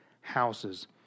houses